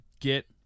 get